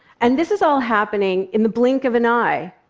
and this is all happening in the blink of an eye.